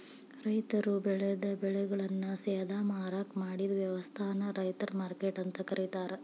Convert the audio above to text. ರೈತರು ಬೆಳೆದ ಬೆಳೆಗಳನ್ನ ಸೇದಾ ಮಾರಾಕ್ ಮಾಡಿದ ವ್ಯವಸ್ಥಾಕ ರೈತರ ಮಾರ್ಕೆಟ್ ಅಂತ ಕರೇತಾರ